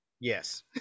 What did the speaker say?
Yes